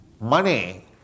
money